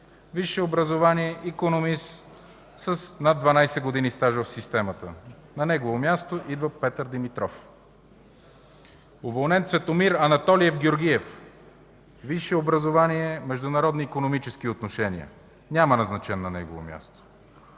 висше образование – икономист, с над 12 години стаж в системата, на негово място идва Петър Димитров; - уволнен Цветомир Анатолиев Георгиев, висше образование – „Международни икономически отношения”, няма назначен на негово място;